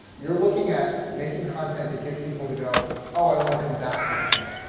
you're looking at making content that gets people to go oh, i want to come back to this channel.